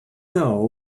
know